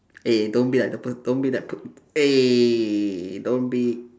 eh don't be like the per~ don't be that per~ eh don't be